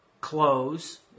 close